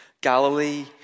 Galilee